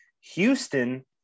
Houston